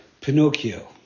Pinocchio